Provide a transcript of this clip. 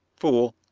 fool!